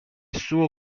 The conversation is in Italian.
suo